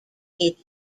its